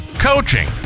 coaching